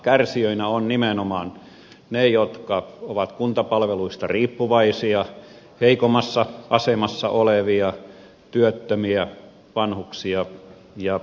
kärsijöinä ovat nimenomaan ne jotka ovat kuntapalveluista riippuvaisia heikommassa asemassa olevia työttömiä vanhuksia ja sairaita